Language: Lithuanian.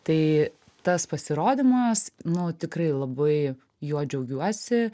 tai tas pasirodymas nu tikrai labai juo džiaugiuosi